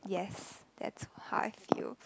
yes that's how I feel